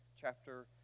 chapter